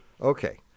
Okay